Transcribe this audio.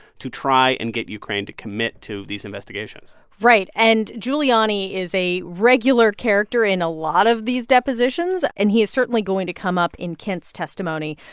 to try and get ukraine to commit to these investigations right. and giuliani is a regular character in a lot of these depositions. and he is certainly going to come up in kent's testimony.